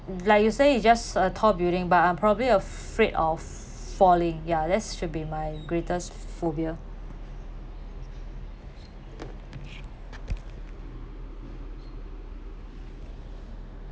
like you say it's just a tall building but I'm probably afraid of falling ya this should be my greatest phobia